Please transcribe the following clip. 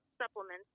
supplements